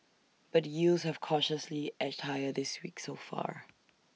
but yields have cautiously edged higher this week so far